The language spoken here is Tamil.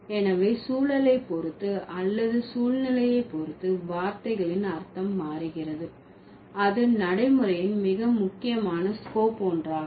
எனவே சூழலை பொறுத்து அல்லது சூழ்நிலையை பொறுத்து வார்த்தைகளின் அர்த்தம் மாறுகிறது அது நடைமுறையின் மிக முக்கியமான ஸ்கோப் ஒன்றாகும்